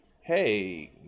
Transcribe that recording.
hey